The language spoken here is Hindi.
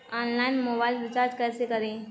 ऑनलाइन मोबाइल रिचार्ज कैसे करें?